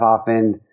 often